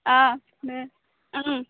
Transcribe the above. অঁ দে